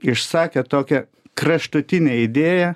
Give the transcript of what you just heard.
išsakė tokią kraštutinę idėją